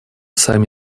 сами